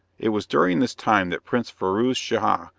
it was during this time that prince firouz schah,